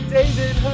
David